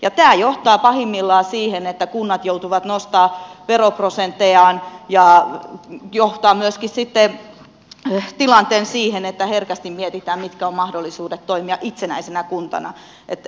tämä johtaa pahimmillaan siihen että kunnat joutuvat nostamaan veroprosenttejaan ja johtaa myöskin sitten tilanteen siihen että herkästi mietitään mitkä ovat mahdollisuudet toimia itsenäisenä kuntana